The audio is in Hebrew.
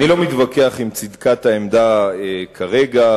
אני לא מתווכח עם צדקת העמדה כרגע,